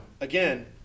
again